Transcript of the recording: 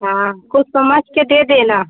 हाँ कुछ समझ के दे देना